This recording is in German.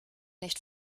nicht